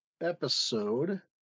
episode